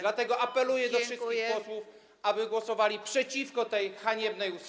Dlatego apeluję do wszystkich posłów, aby głosowali przeciwko tej haniebnej ustawie.